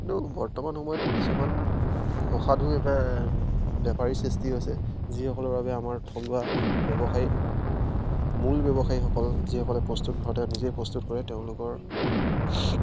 কিন্তু বৰ্তমান সময়ত কিছুমান অসাধু বেপাৰ বেপাৰী সৃষ্টি হৈছে যিসকলৰ বাবে আমাৰ থলুৱা ব্যৱসায়ী মূল ব্যৱসায়ীসকল যিসকলে প্ৰস্তুত ঘৰতে নিজেই প্ৰস্তুত কৰে তেওঁলোকৰ